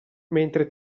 mentre